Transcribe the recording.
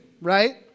right